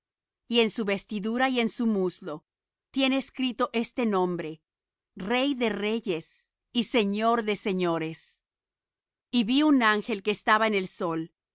y en su vestidura y en su muslo tiene escrito este nombre rey de reyes y señor de señores y vi un ángel que estaba en el sol